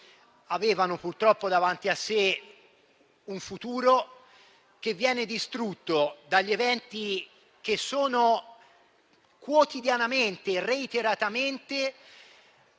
avevano davanti a sé un futuro che viene distrutto dagli eventi che sono quotidianamente e reiteratamente